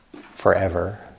forever